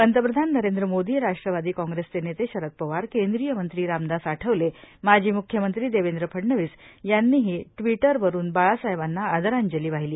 पंतप्रधान नरेंद्र मोदीए राष्ट्रवादी काँग्रेसचे नेते शरद पवारए केंद्रीय मंत्री रामदास आठवले माजी मुख्यमंत्री देवेंद्र फडणवीस यांनीही ट्विटरवरून बाळासाहेबांना आदरांजली वाहिली